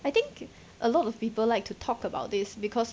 I think a lot of people like to talk about this because